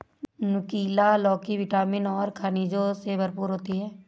नुकीला लौकी विटामिन और खनिजों से भरपूर होती है